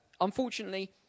unfortunately